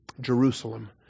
Jerusalem